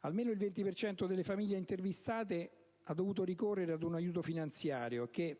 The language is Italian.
Almeno il 20 per cento delle famiglie intervistate ha dovuto ricorrere ad un aiuto finanziario che,